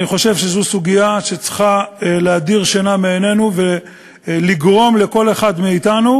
אני חושב שזו סוגיה שצריכה להדיר שינה מעינינו ולגרום לכל אחד מאתנו